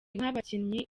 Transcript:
nk’abakinnyi